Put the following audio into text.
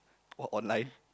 or online